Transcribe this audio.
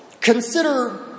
Consider